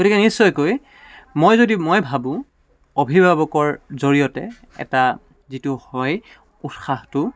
গতিকে নিশ্চয়কৈ মই যদি মই ভাবোঁ অভিভাৱকৰ জৰিয়তে এটা যিটো হয় উৎসাহটো